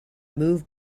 move